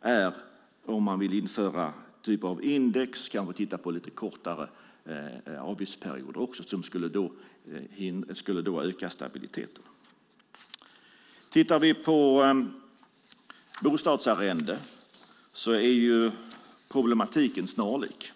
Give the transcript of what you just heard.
är att införa någon typ av index och kanske lite kortare avgiftsperioder, vilket skulle öka stabiliteten. När det gäller bostadsarrende är problematiken snarlik.